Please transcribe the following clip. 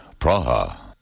Praha